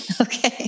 Okay